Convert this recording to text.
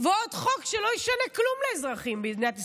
ועוד חוק שלא ישנה כלום לאזרחים במדינת ישראל.